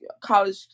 college